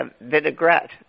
vinaigrette